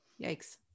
yikes